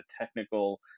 technical